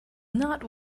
not